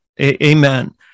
amen